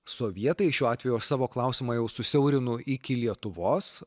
sovietai šiuo atveju aš savo klausimą jau susiaurinu iki lietuvos